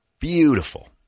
beautiful